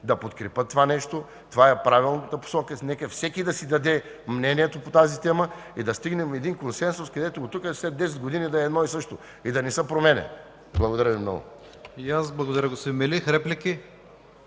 го подкрепят – това е правилната посока. Нека всеки да си даде мнението по тази тема и да стигнем до консенсус, където след десет години да е едно и също и да не се променя. Благодаря Ви много.